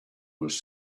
was